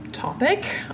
topic